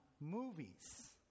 movies